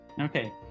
Okay